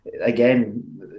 again